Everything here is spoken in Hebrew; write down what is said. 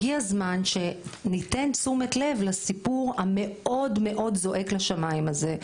הגיע הזמן שניתן תשומת לב לסיפור המאוד זועק לשמיים הזה,